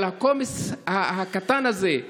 אבל הקומץ הקטן הזה,